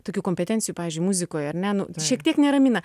tokių kompetencijų pavyzdžiui muzikoje ar ne šiek tiek neramina